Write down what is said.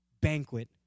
banquet